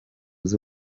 z’u